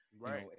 right